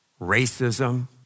racism